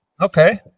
Okay